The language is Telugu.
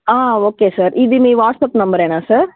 ఓకే సార్ ఇది మీ వాట్సాప్ నెంబరేనా సార్